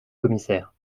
commissaire